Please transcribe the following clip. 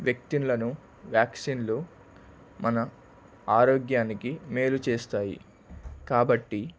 వ్యక్తులను వ్యాక్సిన్లు మన ఆరోగ్యానికి మేలు చేస్తాయి కాబట్టి